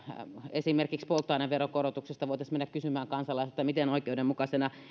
esimerkiksi polttoaineveron korotuksesta voitaisiin mennä kysymään kansalaisilta miten oikeudenmukaisena